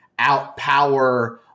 outpower